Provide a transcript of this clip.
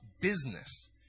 business